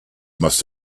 must